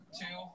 two